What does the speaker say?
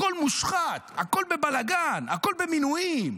הכול בבלגן, הכול במינויים.